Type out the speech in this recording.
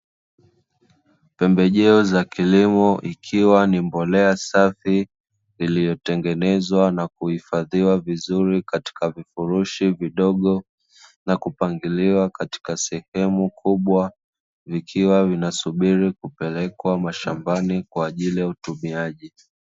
Pembejeo za kilimo ikiwa ni mbolea safi iliyotengenezwa na kuhifadhiwa vizuri katika vifurishi vidogo na kupangiliwa katika sehemu kubwa vikiwa vinasubiri kupelekwa mashambani kwa ajili ya utumiaji.